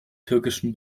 türkischen